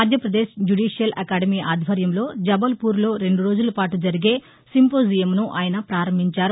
Madhya Pradesh judicial అకాదమీ ఆధ్వర్యంలో జబల్ poor లో రెండురోజుల పాటు జరిగే సింపోజియంసు ఆయన ప్రారంభించారు